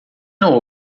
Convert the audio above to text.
não